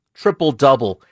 triple-double